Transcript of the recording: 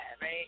right